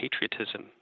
patriotism